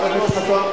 חבר הכנסת חסון,